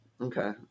Okay